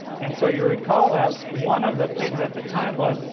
and so, you recall that one of the things at the time was,